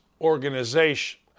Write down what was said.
Organization